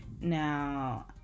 now